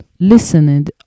Listening